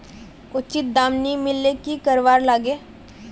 उचित दाम नि मिलले की करवार लगे?